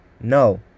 No